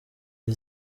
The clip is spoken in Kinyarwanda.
jye